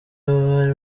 bari